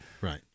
Right